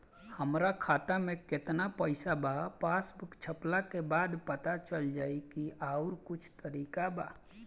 हमरा खाता में केतना पइसा बा पासबुक छपला के बाद पता चल जाई कि आउर कुछ तरिका बा?